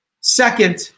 Second